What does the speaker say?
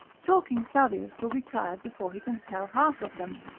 talking fabius will be tired before he can tell half of them